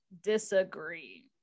disagree